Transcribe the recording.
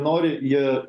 nori jie